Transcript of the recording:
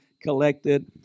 collected